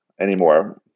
anymore